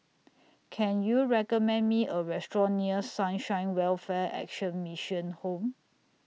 Can YOU recommend Me A Restaurant near Sunshine Welfare Action Mission Home